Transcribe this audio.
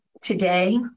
Today